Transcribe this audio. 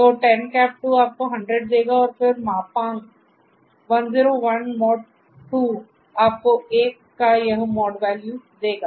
तो 10 2 आपको 100 देगा और फिर मापांक 101 2 आपको 1 का यह मॉड वैल्यू देगा